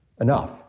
enough